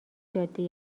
جاده